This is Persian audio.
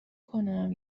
کنم